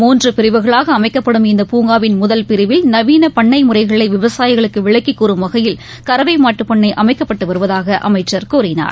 மூன்றுபிரிவுகளாகஅமைக்கப்படும் பிரிவில் இந்த பூங்காவின் முதல் நவீனபண்ணைமுறைகளைவிவசாயிகளுக்குவிளக்கிகூறும் வகையில் கறவைமாட்டுப்பண்ணைஅமைக்கப்பட்டுவருவதாகஅமைச்சர் கூறினார்